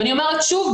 ואני אומרת שוב,